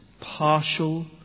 partial